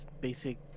basic